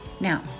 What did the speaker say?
Now